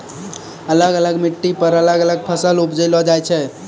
अलग अलग मिट्टी पर अलग अलग फसल उपजैलो जाय छै